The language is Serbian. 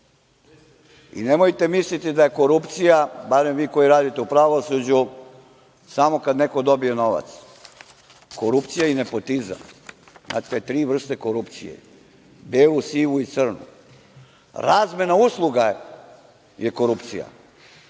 i nemojte misliti da je korupcija, barem vi koji radite u pravosuđu, samo kada neko dobije novac, korupcija i nepotizam, imate tri vrste korupcije: belu, sivu i crnu. Razmena usluga je korupcija.U